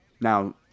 Now